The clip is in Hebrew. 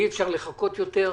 אי אפשר לחכות יותר.